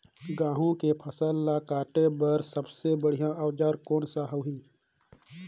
गहूं के फसल ला कटाई बार सबले बढ़िया औजार कोन सा होही?